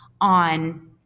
on